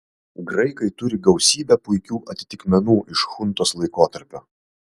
graikai turi gausybę puikių atitikmenų iš chuntos laikotarpio